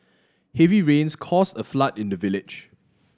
heavy rains caused a flood in the village